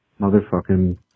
Motherfucking